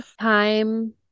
time